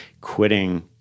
quitting